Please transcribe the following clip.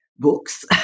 books